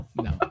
No